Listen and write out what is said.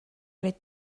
olid